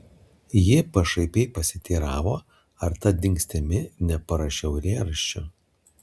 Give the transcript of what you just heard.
ji pašaipiai pasiteiravo ar ta dingstimi neparašiau eilėraščio